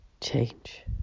change